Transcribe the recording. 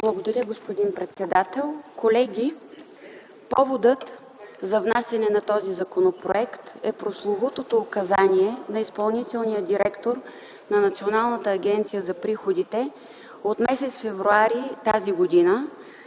Благодаря, господин председател. Колеги, поводът за внасяне на този законопроект е прословутото указание на изпълнителния директор на Националната агенция за приходите от м. февруари т.г. за